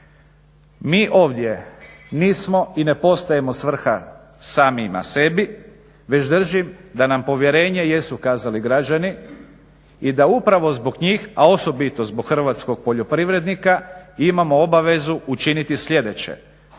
Mi ovdje nismo i ne postojimo svrha samima sebi već držim da nam povjerenje jesu ukazali građani i da upravo zbog njih, a osobito zbog hrvatskog poljoprivrednika imamo obavezu učiniti sljedeće,